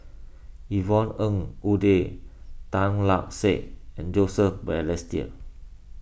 Yvonne Ng Uhde Tan Lark Sye and Joseph Balestier